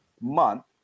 month